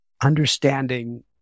understanding